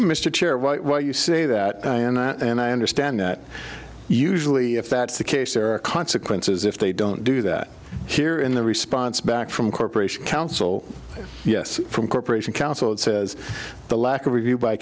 mr chair what you say that and i understand that usually if that's the case there are consequences if they don't do that here in the response back from corporations counsel yes from corporation counsel it says the lack of review by